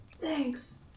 Thanks